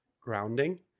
grounding